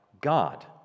God